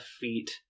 feet